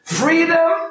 Freedom